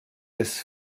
des